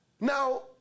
Now